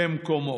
במקומו.